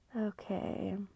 Okay